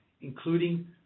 including